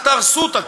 אל תהרסו אותה,